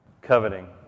coveting